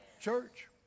church